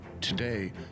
Today